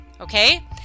Okay